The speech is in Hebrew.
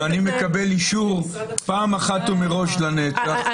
ואני מקבל אישור פעם אחת ומראש לנצח,